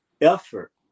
effort